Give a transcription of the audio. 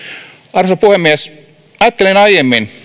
arvoisa puhemies ajattelin aiemmin